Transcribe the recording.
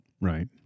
Right